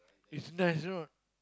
it's nice you know